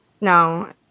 no